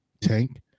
Tank